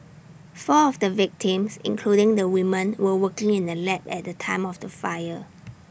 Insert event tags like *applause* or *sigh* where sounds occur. four of the victims including the woman were working in the lab at the time of the fire *noise*